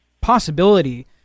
possibility